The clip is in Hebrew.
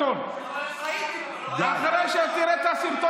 אבל אמסלם, לא בקטע גזעני.